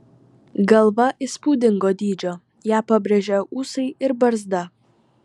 galva įspūdingo dydžio ją pabrėžia ūsai ir barzda